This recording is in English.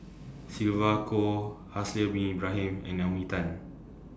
Sylvia Kho Haslir Bin Ibrahim and Naomi Tan